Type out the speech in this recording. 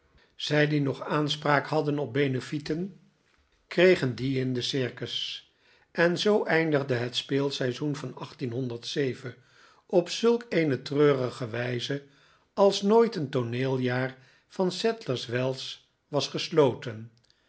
zij die nog aanspraak haddeft op benefleten kregen die in den circus en zoo eindigde net speelseizoen van op zulk eene treurige wijze als nooit een tooneeljaar van sadlers wells was gesloten